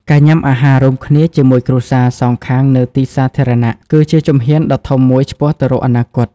ការញ៉ាំអាហាររួមគ្នាជាមួយគ្រួសារសងខាងនៅទីសាធារណៈ គឺជាជំហានដ៏ធំមួយឆ្ពោះទៅរកអនាគត។